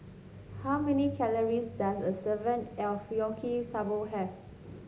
how many calories does a serving of Yaki Soba have